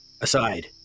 Aside